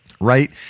right